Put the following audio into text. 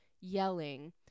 yelling